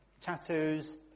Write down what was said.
tattoos